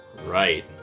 Right